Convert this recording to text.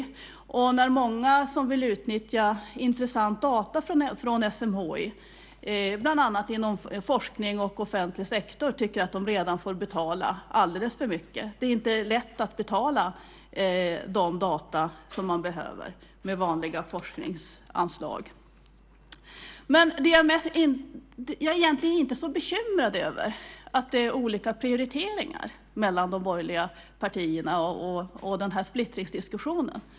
Dessutom är det många som vill utnyttja intressanta data från SMHI, bland annat inom forskning och offentlig sektor. Man tycker att man redan får betala alldeles för mycket. Det är inte lätt att betala för de data som man behöver med vanliga forskningsanslag. Jag är egentligen inte så bekymrad över att det är olika prioriteringar när det gäller de borgerliga partierna och den här splittringsdiskussionen.